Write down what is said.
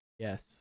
Yes